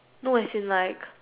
no as in like